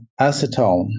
acetone